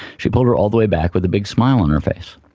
she pulled her all the way back with a big smile on her face.